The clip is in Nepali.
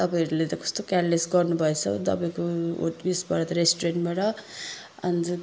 तपाईँहरूले त कस्तो केयरलेस गर्नु भएछ तपाईँको उसबाट त रेस्टुरेन्टबाट